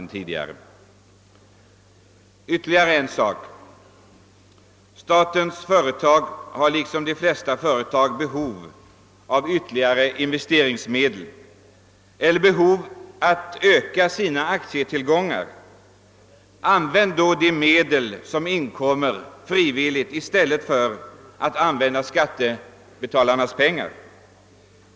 Jag vill framhålla ytterligare en sak, nämligen att statens företag liksom de flesta andra företag har behov av ytterligare investeringsmedel eller behov av att öka sitt aktiekapital. Använd då medel som inkommer frivilligt i stället för att använda skattebetalarnas pengar!